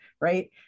right